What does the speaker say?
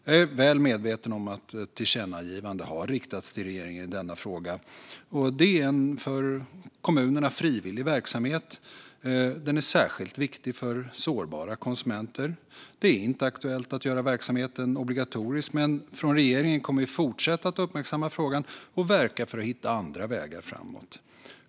Jag är väl medveten om att ett tillkännagivande har riktats till regeringen i denna fråga. Detta är en för kommunerna frivillig verksamhet. Den är särskilt viktig för sårbara konsumenter. Det är inte aktuellt att göra verksamheten obligatorisk, men från regeringen kommer vi att fortsätta att uppmärksamma frågan och verkar för att hitta andra vägar framåt.